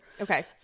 okay